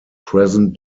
present